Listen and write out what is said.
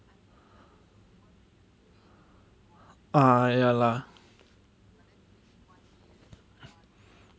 ah ya lah